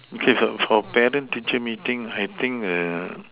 okay so for parent tuition teacher meeting I think err